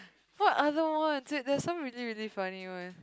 what other ones there there are some really really funny ones